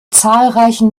zahlreichen